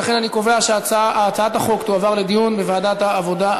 ולכן אני קובע שהצעת החוק תועבר לדיון בוועדת העבודה,